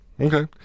okay